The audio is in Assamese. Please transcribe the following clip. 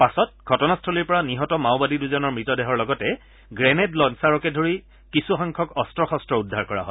পাছত ঘটনাস্থলীৰ পৰা নিহত মাওবাদী দুজনৰ মৃতদেহৰ লগতে গ্ৰেণেড লঞ্চাৰকে ধৰি কিছুসংখ্যক অস্ত্ৰ শস্ত্ৰ উদ্ধাৰ কৰা হয়